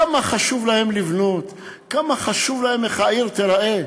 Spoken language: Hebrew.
כמה חשוב להם לבנות, כמה חשוב להם איך העיר תיראה.